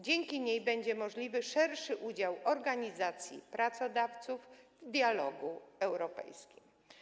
Dzięki niej będzie możliwy szerszy udział organizacji pracodawców w dialogu europejskim.